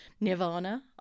Nirvana